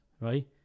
Right